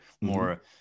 more